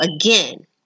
again